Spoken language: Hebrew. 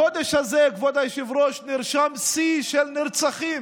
בחודש הזה, כבוד היושב-ראש, נרשם שיא של נרצחים.